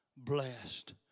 Blessed